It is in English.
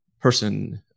person